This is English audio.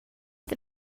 the